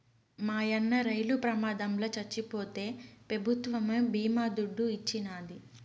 మాయన్న రైలు ప్రమాదంల చచ్చిపోతే పెభుత్వమే బీమా దుడ్డు ఇచ్చినాది